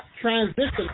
transition